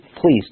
Please